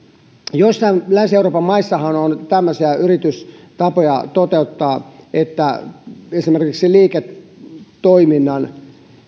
joissain länsi euroopan maissahan on tämmöisiä yritystapoja toteuttaa että esimerkiksi liiketoiminnan